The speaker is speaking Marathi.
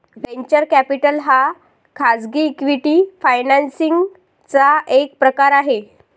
वेंचर कॅपिटल हा खाजगी इक्विटी फायनान्सिंग चा एक प्रकार आहे